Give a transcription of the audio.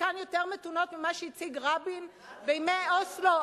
חלקן יותר מתונות ממה שהציג רבין בימי אוסלו,